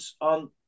on